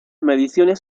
mediciones